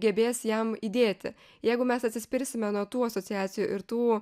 gebės jam įdėti jeigu mes atsispirsime nuo tų asociacijų ir tų